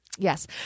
yes